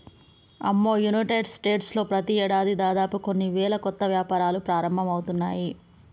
అమ్మో United States లో ప్రతి ఏడాది దాదాపు కొన్ని వేల కొత్త వ్యాపారాలు ప్రారంభమవుతున్నాయి